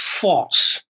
false